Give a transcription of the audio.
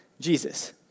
Jesus